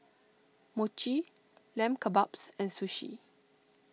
Mochi Lamb Kebabs and Sushi